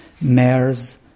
Mares